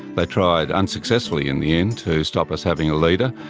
but tried, unsuccessfully in the end, to stop us having a leader.